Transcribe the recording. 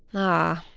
ah,